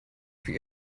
für